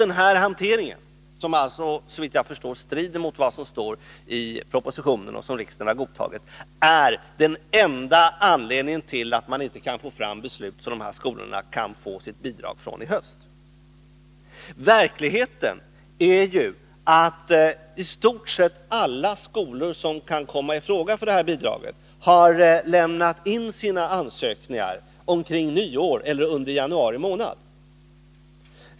Det är just hanteringen av frågan — såvitt jag förstår strider den mot vad som står i propositionen och mot riksdagens beslut — som är den enda anledningen till att man inte kan komma fram till ett beslut, så att de aktuella skolorna kan få bidrag fr.o.m. i höst. I verkligheten är det ju så att i stort sett alla skolor som kan komma i fråga för bidrag lämnade in sina ansökningar omkring nyåret eller under januari månad.